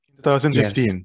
2015